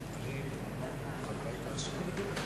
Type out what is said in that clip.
אין מתנגדים,